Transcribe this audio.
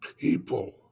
people